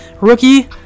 rookie